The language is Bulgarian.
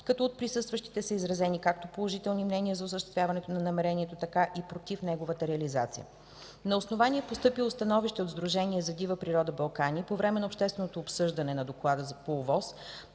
като от присъстващите са изразени както положителни мнения за осъществяването на намерението, така и против неговата реализация. На основание постъпило становище от Сдружение за дива природа „Балкани” по време на общественото обсъждане на Доклада по